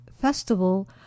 festival